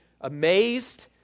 amazed